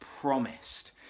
promised